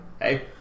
Hey